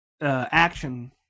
action